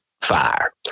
fire